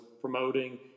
promoting